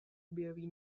objeví